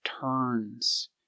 turns